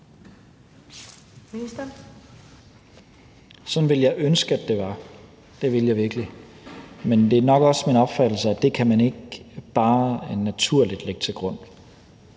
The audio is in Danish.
Sådan ville jeg ønske at det var. Det ville jeg virkelig. Men det er nok også min opfattelse, at det kan man ikke bare naturligt lægge til grund.